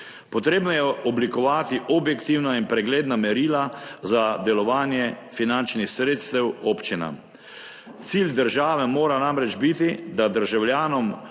Potrebno je oblikovati objektivna in pregledna merila za delovanje finančnih sredstev občinam. Cilj države mora namreč biti, da državljanom